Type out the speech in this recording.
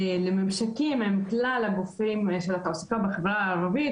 לממשקים עם כלל גופי התעסוקה בחברה הערבית,